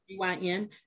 BYN